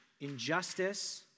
injustice